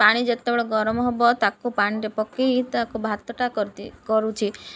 ପାଣି ଯେତେବେଳେ ଗରମ ହବ ତାକୁ ପାଣିରେ ପକାଇ ତାକୁ ଭାତଟା କରିଦିଏ କରୁଛି